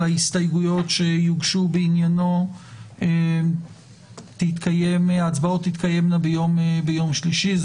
ההסתייגויות שיוגשו בעניינה יתקיימו ביום שלישי.